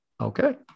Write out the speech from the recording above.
Okay